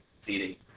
CD